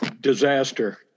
Disaster